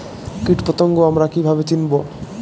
কীটপতঙ্গ আমরা কীভাবে চিনব?